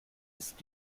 ist